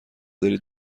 دارید